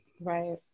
Right